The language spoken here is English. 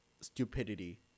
stupidity